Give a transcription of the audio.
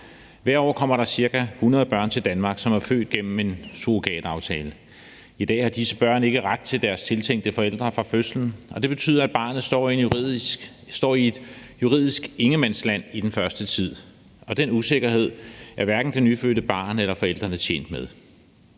Hvert år kommer der ca. 100 børn til Danmark, som er født gennem en surrogataftale. I dag har disse børn ikke ret til deres tiltænkte forældre fra fødslen, og det betyder, at barnet står i et juridisk ingenmandsland i den første tid, og den usikkerhed er hverken det nyfødte barn eller forældrene tjent med.